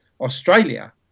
Australia